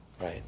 right